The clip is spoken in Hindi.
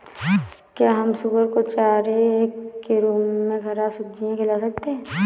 क्या हम सुअर को चारे के रूप में ख़राब सब्जियां खिला सकते हैं?